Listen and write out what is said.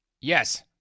Yes